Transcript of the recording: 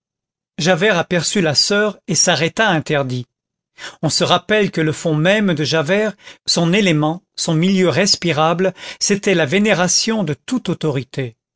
javert aperçut la soeur et s'arrêta interdit on se rappelle que le fond même de javert son élément son milieu respirable c'était la vénération de toute autorité